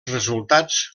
resultats